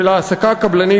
של העסקה קבלנית,